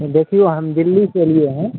देखिऔ हम दिल्लीसँ अएलिए हँ